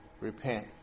Repent